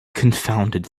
confounded